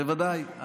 בוודאי.